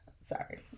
sorry